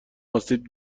آسیب